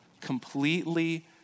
completely